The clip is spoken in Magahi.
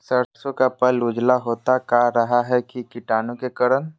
सरसो का पल उजला होता का रहा है की कीटाणु के करण?